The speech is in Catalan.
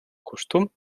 costum